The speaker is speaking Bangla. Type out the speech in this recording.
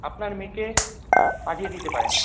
আপনার মেয়েকে পাঠিয়ে দিতে পারেন